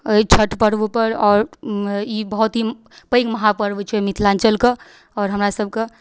एहि छठि पर्वपर आओर ई बहुत ही पैघ महापर्व छै मिथिलाञ्चलके आओर हमरासबके